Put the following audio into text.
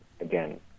again